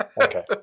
Okay